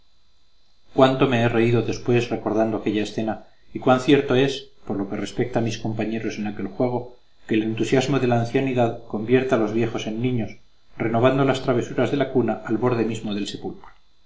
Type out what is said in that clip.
cuánto me he reído después recordando aquella escena y cuán cierto es por lo que respecta a mis compañeros en aquel juego que el entusiasmo de la ancianidad convierte a los viejos en niños renovando las travesuras de la cuna al borde mismo del sepulcro